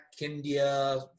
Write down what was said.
india